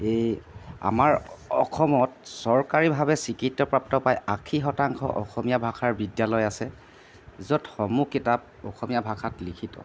এই আমাৰ অসমত চৰকাৰীভাৱে স্বীকৃতপ্ৰাপ্ত প্ৰায় আশী শতাংশ অসমীয়া ভাষাৰ বিদ্যালয় আছে য'ত সমূহ কিতাপ অসমীয়া ভাষাত লিখিত